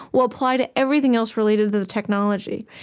will apply to everything else related to the technology.